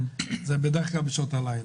בדרך כלל בשעות הלילה,